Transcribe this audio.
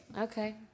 Okay